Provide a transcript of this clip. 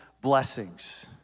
blessings